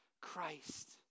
Christ